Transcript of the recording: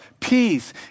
peace